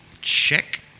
Check